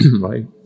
right